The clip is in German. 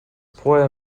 vorher